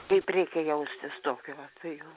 kaip reikia jaustis tokiu atveju